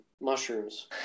mushrooms